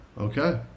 Okay